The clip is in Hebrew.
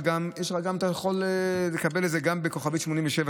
אבל אתה יכול לקבל את זה 8787*,